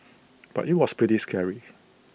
but IT was pretty scary